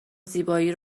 زیبایی